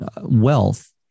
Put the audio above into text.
wealth